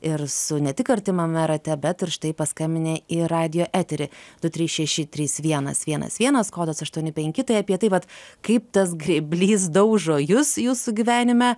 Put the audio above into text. ir su ne tik artimame rate bet ir štai paskambinę į radijo eterį du trys šeši trys vienas vienas vienas kodas aštuoni penki tai apie tai vat kaip tas grėblys daužo jus jūsų gyvenime